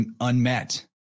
unmet